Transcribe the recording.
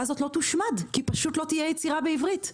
הזאת לא תושמד כי פשוט לא תהיה יצירה בעברית.